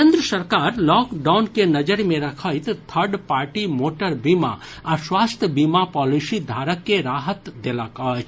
केंद्र सरकार लॉकडाउन के नजरि मे रखैत थर्ड पार्टी मोटर बीमा आ स्वास्थ्य बीमा पॉलिसी धारक के राहत देलक अछि